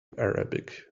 arabic